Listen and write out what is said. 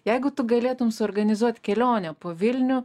jeigu tu galėtum suorganizuot kelionę po vilnių